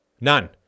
None